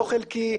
לא חלקי,